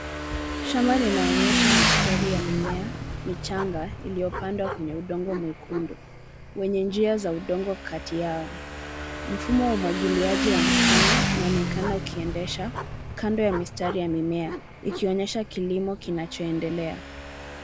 Shamba linaonyesha mistari ya mimea michanga iliyopandwa kwenye udongo mwekundu, kwenye njia za udongo kati yao. Mfumo wa umwagiliaji wa matone unaonekana ukiendesha kando ya mistari ya mimea ikionyesha kilimo kinachoendelea.